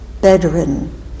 bedridden